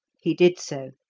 he did so.